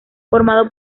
formado